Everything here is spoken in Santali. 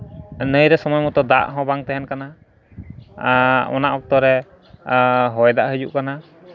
ᱱᱟᱹᱭ ᱨᱮ ᱥᱚᱢᱚᱭ ᱢᱚᱛᱚ ᱫᱟᱜ ᱦᱚᱸ ᱵᱟᱝ ᱛᱟᱦᱮᱱ ᱠᱟᱱᱟ ᱟᱨ ᱚᱱᱟ ᱚᱠᱛᱚ ᱨᱮ ᱦᱚᱭ ᱫᱟᱜ ᱦᱤᱡᱩᱜ ᱠᱟᱱᱟ